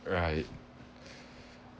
right